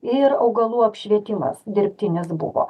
ir augalų apšvietimas dirbtinis buvo